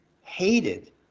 hated